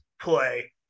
play